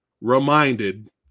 reminded